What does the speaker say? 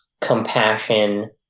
compassion